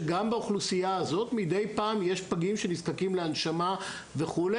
שגם באוכלוסייה הזאת מדי פעם יש פגים שנזקקים להנשמה וכו'.